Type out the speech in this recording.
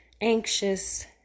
anxious